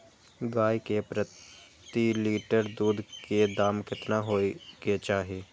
गाय के प्रति लीटर दूध के दाम केतना होय के चाही?